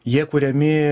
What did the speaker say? jie kuriami